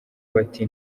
bati